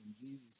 Jesus